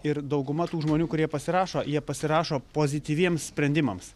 ir dauguma tų žmonių kurie pasirašo jie pasirašo pozityviems sprendimams